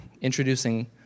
introducing